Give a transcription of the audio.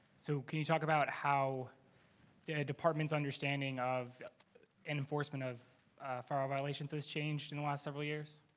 so can you talk about how the department's understanding of enforcement of fara violations has changed in the last several years?